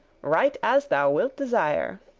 right as thou wilt desire.